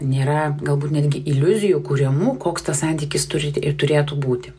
nėra galbūt netgi iliuzijų kuriamų koks tas santykis turi ir turėtų būti